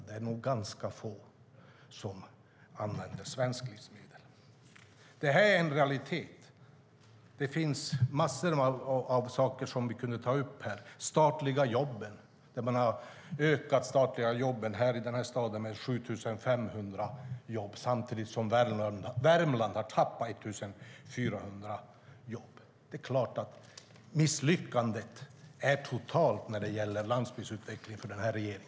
Det är nog ganska få krogar som använder svenska råvaror. Det här är en realitet. Det finns massor av saker som jag skulle kunna ta upp, till exempel de statliga jobben. I den här staden har de statliga jobben ökat med 7 500 samtidigt som Värmland har tappat 1 400 jobb. Den här regeringens misslyckande är totalt när det gäller landsbygdsutvecklingen.